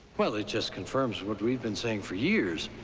well, it just confirms what we've been saying for years.